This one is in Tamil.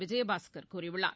விஜயபாஸ்கர் கூறியுள்ளார்